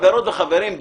חברות וחברים,